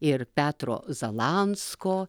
ir petro zalansko